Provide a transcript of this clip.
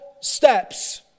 steps